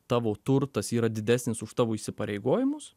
tavo turtas yra didesnis už tavo įsipareigojimus